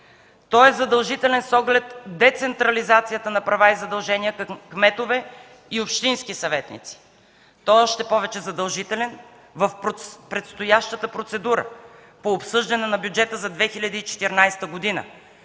Той е задължителен с оглед децентрализацията на права и задължения на кметове и общински съветници. Той е още повече задължителен в предстоящата процедура по обсъждане на бюджета за 2014 г.,